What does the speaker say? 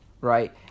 Right